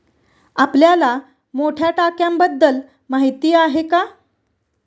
आपल्याला मोठ्या टाक्यांबद्दल माहिती आहे का?